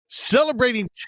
Celebrating